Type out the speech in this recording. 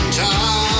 time